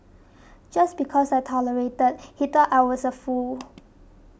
just because I tolerated he thought I was a fool